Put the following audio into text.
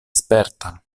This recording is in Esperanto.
sperta